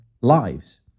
lives